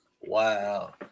Wow